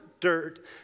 dirt